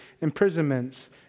imprisonments